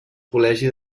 col·legi